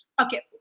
Okay